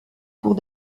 cours